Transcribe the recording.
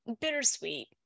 Bittersweet